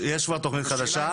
יש כבר תכנית חדשה.